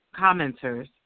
commenters